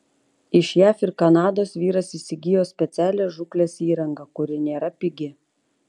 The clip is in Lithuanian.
iš jav ir kanados vyras įsigijo specialią žūklės įrangą kuri nėra pigi